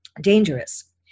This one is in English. dangerous